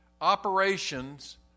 operations